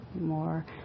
More